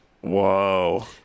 Whoa